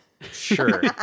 sure